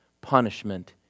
punishment